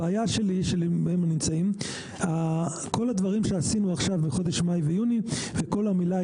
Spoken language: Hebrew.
הבעיה שלנו היא שכל הדברים שעשינו עכשיו בחודש מאי ויוני וכל המלאי